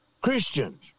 Christians